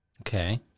Okay